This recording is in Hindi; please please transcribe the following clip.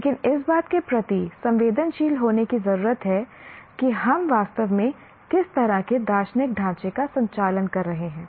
लेकिन इस बात के प्रति संवेदनशील होने की जरूरत है कि हम वास्तव में किस तरह के दार्शनिक ढांचे का संचालन कर रहे हैं